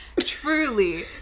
truly